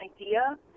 idea